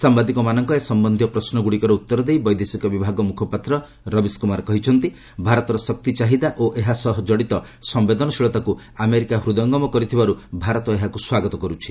ସାମ୍ବାଦିକମାନଙ୍କ ଏ ସମ୍ବନ୍ଧୀୟ ପ୍ରଶ୍ନଗୁଡ଼ିକର ଉତ୍ତର ଦେଇ ବୈଦେଶିକ ବିଭାଗ ମୁଖପାତ୍ର ରବିଶ କୁମାର କହିଛନ୍ତି ଭାରତର ଶକ୍ତି ଚାହିଦା ଓ ଏହାସହ ଜଡ଼ିତ ସମ୍ବେଦନଶୀଳତାକୁ ଆମେରିକା ହୃଦୟଙ୍ଗମ କରିଥିବାରୁ ଭାରତ ଏହାକୁ ସ୍ୱାଗତ କରୁଛି